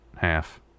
half